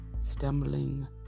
stumbling